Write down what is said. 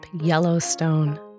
Yellowstone